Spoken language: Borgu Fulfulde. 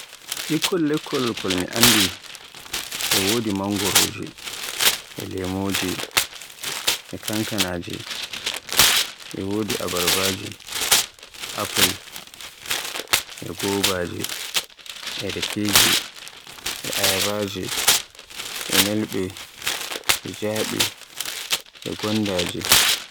Ɓikkol lekkol kol mi anndi e wodi mangoroje, e lemoje, e kankanaaje, e wodi abarbaje, e apple, e gwabaaje, e ayabaaje, e nelɓe e jaaɓe, e gwandaaje.